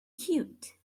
cute